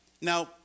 Now